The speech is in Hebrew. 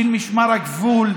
של משמר הגבול,